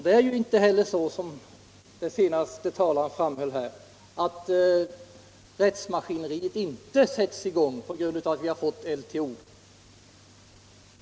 Det är inte så, som den senaste talaren här framhöll, att rättsmaskineriet inte sälls i gång på grund av att vi fått LTO.